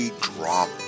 drama